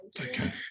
Okay